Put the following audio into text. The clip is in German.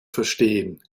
verstehen